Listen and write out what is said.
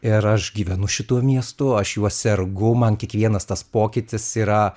ir aš gyvenu šituo miestu aš juo sergu man kiekvienas tas pokytis yra